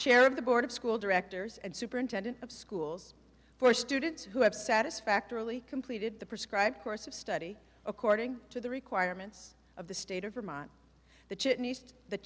the board of school directors and superintendent of schools for students who have satisfactorily completed the prescribed course of study according to the requirements of the state of vermont the the